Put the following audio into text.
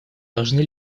должны